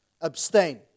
abstain